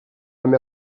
amb